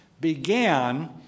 began